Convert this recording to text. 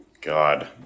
God